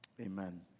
amen